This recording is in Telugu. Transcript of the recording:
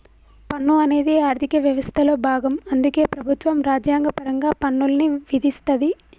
పన్ను అనేది ఆర్థిక వ్యవస్థలో భాగం అందుకే ప్రభుత్వం రాజ్యాంగపరంగా పన్నుల్ని విధిస్తది